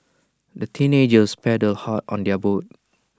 the teenagers paddled hard on their boat